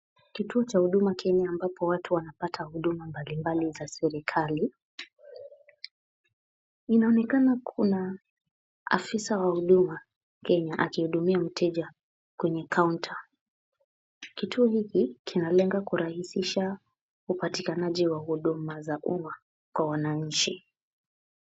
Kituo cha Huduma Kenya ambapo watu wanapata huduma mbalimbali za serikali. Inaonekana kuna afisa wa Huduma Kenya akihudumia mteja kwenye kaunta. Kituo hiki kinalenga kurahisisha upatikanaji wa huduma za umma kwa wananchi.